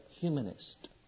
humanist